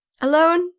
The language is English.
Alone